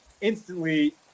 instantly